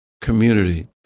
community